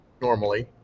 normally